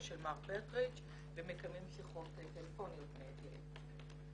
של מר פרטרידג' ומקיימים שיחות טלפוניות מעת לעת.